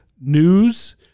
News